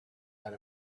out